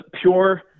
pure